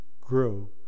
grow